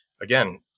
again